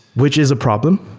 which is a problem,